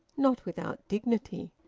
not without dignity.